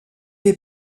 est